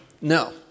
no